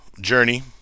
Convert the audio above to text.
Journey